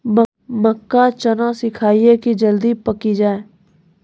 मक्का चना सिखाइए कि जल्दी पक की जय?